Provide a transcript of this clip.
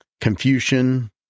Confucian